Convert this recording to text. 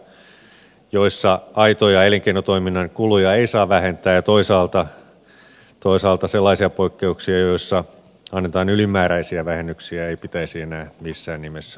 tällaisia poikkeuksia joissa aitoja elinkeinotoiminnan kuluja ei saa vähentää ja toisaalta sellaisia poikkeuksia joissa annetaan ylimääräisiä vähennyksiä ei pitäisi enää missään nimessä luoda